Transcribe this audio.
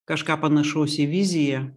kažką panašaus į viziją